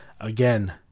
again